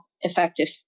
effective